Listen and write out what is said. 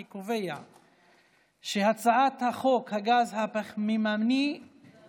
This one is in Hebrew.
אני קובע שהצעת חוק הגז הפחמימני המעובה,